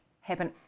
happen